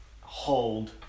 hold